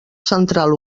central